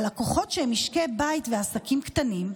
הלקוחות שהם משקי בית ועסקים קטנים,